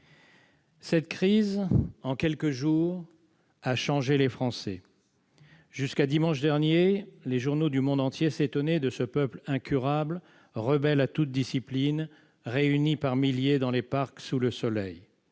Cette crise, en quelques jours, a changé les Français. Jusqu'à dimanche dernier, les journaux du monde entier s'étonnaient de ce peuple incurable, rebelle à toute discipline, se réunissant par milliers dans les parcs sous le soleil.